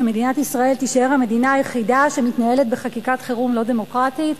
שמדינת ישראל תישאר המדינה היחידה שמתנהלת בחקיקת חירום לא דמוקרטית?